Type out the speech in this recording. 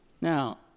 Now